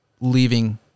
leaving